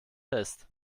fest